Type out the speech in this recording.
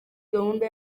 gahunda